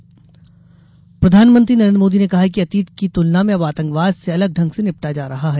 PM Kanyakumari प्रधानमंत्री नरेन्द्र मोदी ने कहा है कि अतीत की तुलना में अब आतंकवाद से अलग ढंग से निपटा जा रहा है